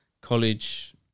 college